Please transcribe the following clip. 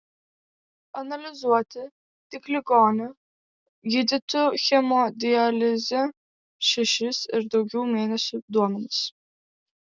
analizuoti tik ligonių gydytų hemodialize šešis ir daugiau mėnesių duomenys